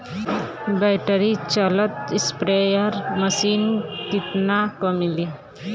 Battery चलत sprayer machine कितना क मिली?